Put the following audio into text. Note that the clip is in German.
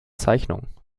zeichnung